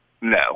No